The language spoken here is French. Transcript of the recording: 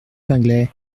pinglet